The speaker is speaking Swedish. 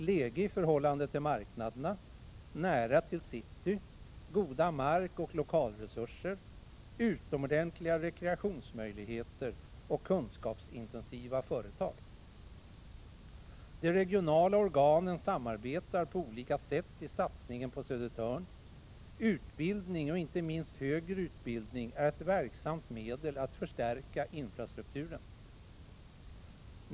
För detta talar 5 februari 1987 goda markoch lokalresurser utomordentliga rekreationsmöjligheter kunskapsintensiva företag. De regionala organen samarbetar på olika sätt i satsningen på Södertörn. Utbildning och inte minst högre utbildning är ett verksamt medel att förstärka infrastrukturen.